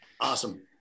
awesome